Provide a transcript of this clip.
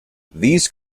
these